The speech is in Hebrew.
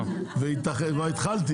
16:00,